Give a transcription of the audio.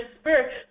spirit